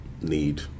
need